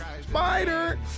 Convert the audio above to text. Spider